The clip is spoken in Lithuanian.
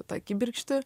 tą kibirkštį